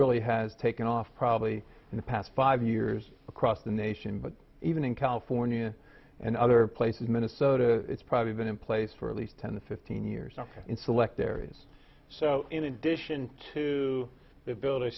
really has taken off probably in the past five years across the nation but even in california and other places minnesota it's probably been in place for at least ten to fifteen years in select areas so in addition to build